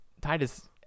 Titus